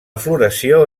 floració